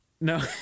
No